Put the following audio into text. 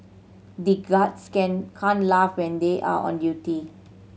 the guards can can't laugh when they are on duty